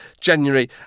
January